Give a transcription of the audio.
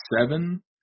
seven